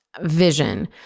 vision